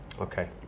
Okay